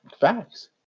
Facts